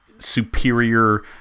superior